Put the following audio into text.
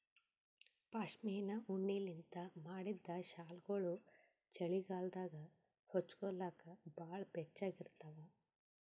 ಪಶ್ಮಿನಾ ಉಣ್ಣಿಲಿಂತ್ ಮಾಡಿದ್ದ್ ಶಾಲ್ಗೊಳು ಚಳಿಗಾಲದಾಗ ಹೊಚ್ಗೋಲಕ್ ಭಾಳ್ ಬೆಚ್ಚಗ ಇರ್ತಾವ